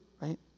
right